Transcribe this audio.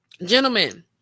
Gentlemen